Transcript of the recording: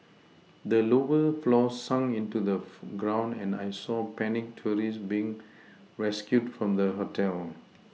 the lower floors sunk into the ground and I saw panicked tourists being rescued from the hotel